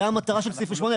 זה המטרה של סעיף 28,